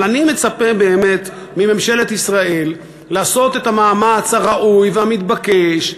אבל אני מצפה מממשלת ישראל לעשות את המאמץ הראוי והמתבקש,